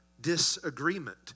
disagreement